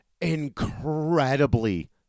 incredibly